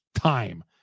time